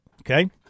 Okay